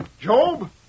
Job